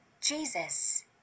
Jesus